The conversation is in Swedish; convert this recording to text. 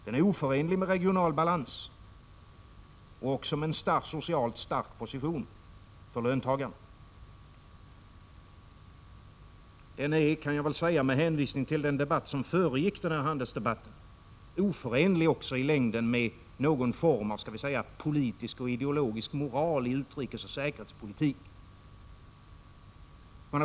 Den är oförenlig med regional balans och med en socialt stark position för löntagarna. Den är, kan jag säga med hänvisning till den debatt som föregick denna handelsdebatt, i längden också oförenlig med varje form av politisk och ideologisk moral i utrikesoch säkerhetspolitiken.